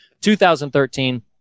2013